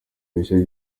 ibice